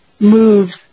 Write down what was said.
moves